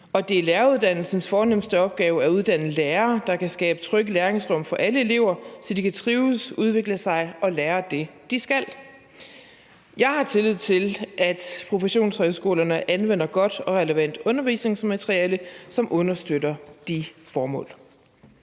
og det er læreruddannelsens fornemste opgave at uddanne lærere, der kan skabe trygge læringsrum for alle elever, så de kan trives, udvikle sig og lære det, de skal. Jeg har tillid til, at professionshøjskolerne anvender godt og relevant undervisningsmateriale, som understøtter de formål.